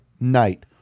Night